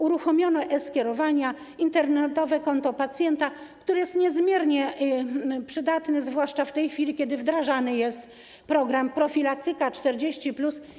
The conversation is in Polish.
Uruchomiono e-skierowania, internetowe konto pacjenta, które jest niezmiernie przydatne, zwłaszcza w tej chwili, kiedy wdrażany jest program „Profilaktyka 40+”